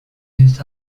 this